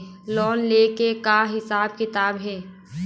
Loan ले के का हिसाब किताब हे?